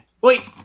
Wait